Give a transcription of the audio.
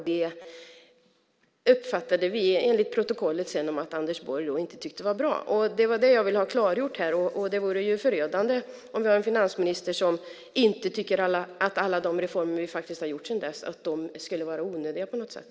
Det uppfattade vi, enligt protokollet, som att Anders Borg inte tyckte var bra. Det var det jag ville ha klargjort här, för det vore förödande om vi har en finansminister som tycker att alla de reformer som vi faktiskt har genomfört sedan dess skulle vara onödiga på något sätt.